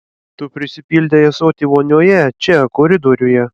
tu prisipildei ąsotį vonioje čia koridoriuje